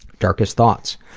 darkest thoughts,